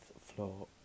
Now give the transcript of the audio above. floor